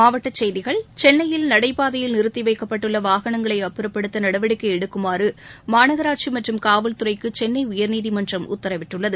மாவட்ட செய்திகள் சென்னையில் நடைபாதையில் நிறுத்தி வைக்கப்பட்டுள்ள வாகனங்களை அப்புறப்படுத்த நடவடிக்கை எடுக்குமாறு மாநகராட்சி மற்றும் காவல்துறைக்கு சென்னை உயா்நீதிமன்றம் உத்தரவிட்டுள்ளது